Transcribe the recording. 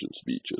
speeches